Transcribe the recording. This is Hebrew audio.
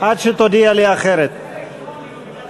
זה אלקטרוני בגלל